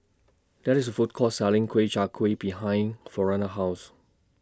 There IS A Food Court Selling Kueh Chai Kueh behind Frona's House